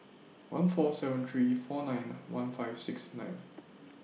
one four seven three four nine one five six nine